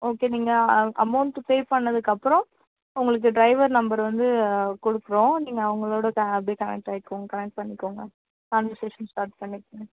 okay நீங்கள் amount pay பண்ணதுக்கு அப்புறம் உங்களுக்கு டிரைவர் நம்பர் வந்து கொடுக்குறோம் நீங்கள் அவங்களோட அப்படியே கனெக்ட் ஆகிக்கோங்க கனெக்ட் பண்ணிக்கங்க கான்வர்சேஷன் ஸ்டார்ட் பண்ணிக்கங்க